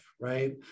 right